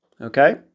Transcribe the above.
okay